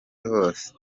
hose